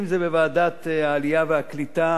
אם זה בוועדת העלייה והקליטה,